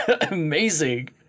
amazing